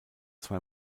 zwei